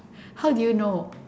how do you know